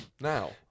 now